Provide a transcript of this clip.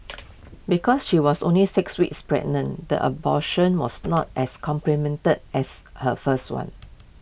because she was only six weeks pregnant the abortion was not as complemented as her first one